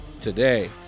today